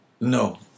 No